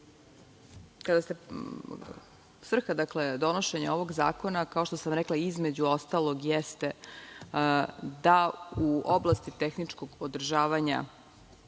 Hvala lepo. Svrha donošenje ovog zakona, kao što sam rekla, između ostalog, jeste da u oblasti tehničkog održavanja